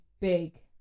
big